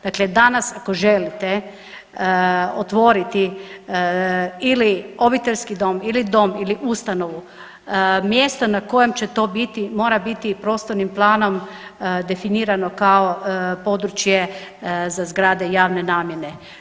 Dakle, danas ako želite otvoriti ili obiteljski dom ili dom ili ustanovu mjesto na kojem će to biti mora biti i prostornim planom definirano kao područje za zgrade javne namjene.